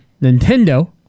Nintendo